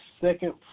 second